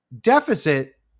deficit